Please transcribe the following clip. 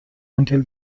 until